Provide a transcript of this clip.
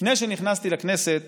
לפני שנכנסתי לכנסת